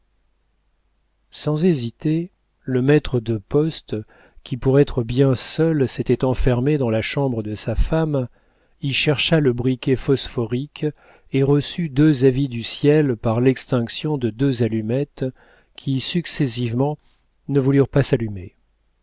sans hésiter le maître de poste qui pour être bien seul s'était enfermé dans la chambre de sa femme y chercha le briquet phosphorique et reçut deux avis du ciel par l'extinction de deux allumettes qui successivement ne voulurent pas s'allumer